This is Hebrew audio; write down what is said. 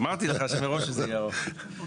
אמרתי לך מראש שזה יהיה ארוך.